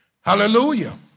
Hallelujah